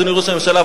אדוני ראש הממשלה,